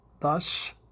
Thus